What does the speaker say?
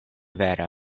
vera